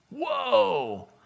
Whoa